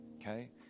Okay